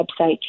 website